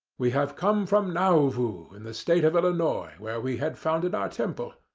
we have come from nauvoo, in the state of illinois, where we had founded our temple.